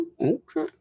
okay